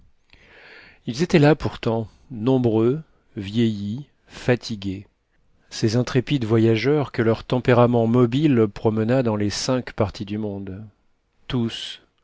ils étaient là pourtant nombreux vieillis fatigués ces intrépides voyageurs que leur tempérament mobile promena dans les cinq parties du monde tous